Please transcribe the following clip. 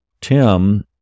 Tim